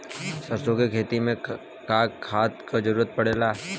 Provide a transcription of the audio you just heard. सरसो के खेती में का खाद क जरूरत पड़ेला?